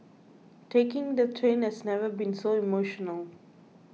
taking the train has never been so emotional